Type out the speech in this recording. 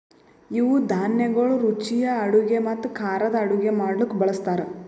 ಇವು ಧಾನ್ಯಗೊಳ್ ರುಚಿಯ ಅಡುಗೆ ಮತ್ತ ಖಾರದ್ ಅಡುಗೆ ಮಾಡ್ಲುಕ್ ಬಳ್ಸತಾರ್